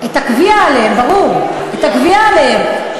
את הגבייה עליהן, ברור, את הגבייה עליהן.